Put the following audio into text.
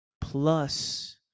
plus